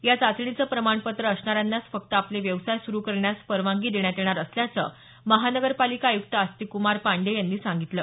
या चाचणीचे प्रमाणपत्र असणाऱ्यांनाच फक्त आपले व्यवसाय सुरू करण्यास परवानगी देण्यात येणार असल्याचं महापालिका आयुक्त आस्तिककुमार पांडेय यांनी सांगितलं